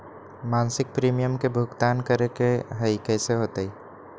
मासिक प्रीमियम के भुगतान करे के हई कैसे होतई?